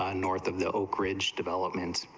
ah north of the oakridge developments